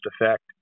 effect